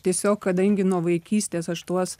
tiesiog kadangi nuo vaikystės aš tuos